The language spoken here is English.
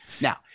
now